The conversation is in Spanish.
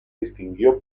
distinguió